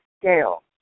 scale